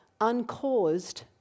uncaused